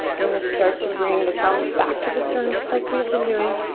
we're gonna start to bring the thumbs back to the sternum just like we have been doing.